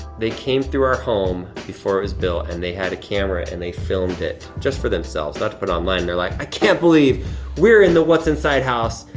they came through our home before it was built and they had a camera and they filmed it. just for themselves, not to put online. they're like, i can't believe we're in the what's inside house.